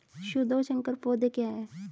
शुद्ध और संकर पौधे क्या हैं?